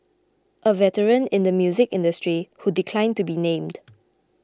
a veteran in the music industry who declined to be named